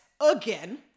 again